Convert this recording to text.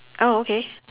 oh okay